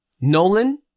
Nolan